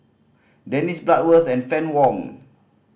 Dennis Bloodworth and Fann Wong